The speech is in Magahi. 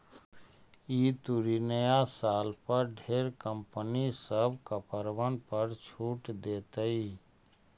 ई तुरी नया साल पर ढेर कंपनी सब कपड़बन पर छूट देतई